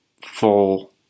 full